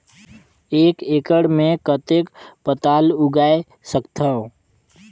एक एकड़ मे कतेक पताल उगाय सकथव?